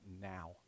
now